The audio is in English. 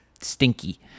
stinky